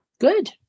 Good